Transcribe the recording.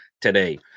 today